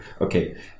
okay